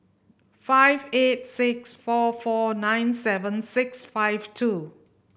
five eight six four four nine seven six five two